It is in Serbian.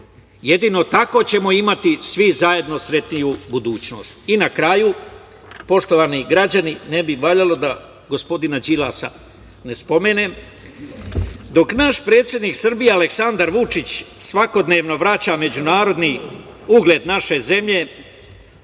Jedino tako ćemo imati svi zajedno sretniju budućnost. Na kraju, poštovani građani ne bi valjalo gospodina Đilasa ne spomenem. Dok naš predsednik Srbije, Aleksandar Vučić svakodnevno vraća međunarodni ugled naše zemlje,